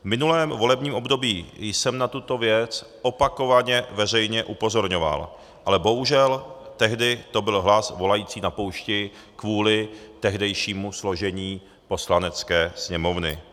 V minulém volebním období jsem na tuto věc opakovaně veřejně upozorňoval, ale bohužel, tehdy to byl hlas volající na poušti kvůli tehdejšímu složení Poslanecké sněmovny.